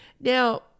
Now